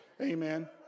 amen